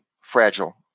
fragile